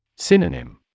Synonym